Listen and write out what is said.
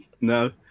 No